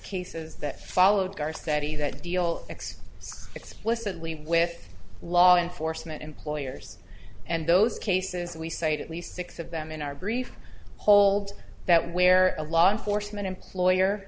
cases that followed our study that deal ex explicitly with law enforcement employers and those cases we cite at least six of them in our brief hold that where a law enforcement employer